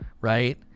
Right